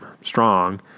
strong